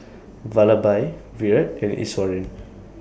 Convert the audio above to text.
Vallabhbhai Virat and Iswaran